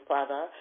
Father